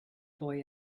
boy